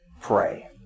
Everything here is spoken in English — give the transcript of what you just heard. pray